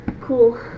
Cool